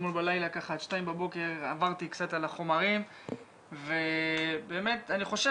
אתמול בלילה ככה עד שתיים בבוקר עברתי קצת על החומרים ובאמת אני חושב